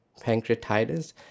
pancreatitis